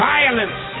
Violence